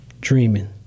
dreaming